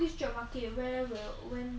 I don't know I don't even know if I can survive